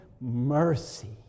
mercy